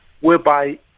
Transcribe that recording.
whereby